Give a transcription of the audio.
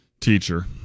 Teacher